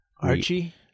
Archie